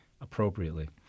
appropriately